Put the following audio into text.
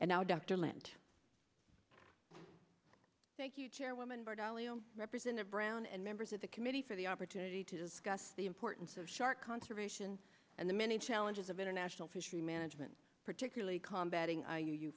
and now dr lent thank you chairwoman representative brown and members of the committee for the opportunity to discuss the importance of shark conservation and the many challenges of international fishery management particularly combat ng are you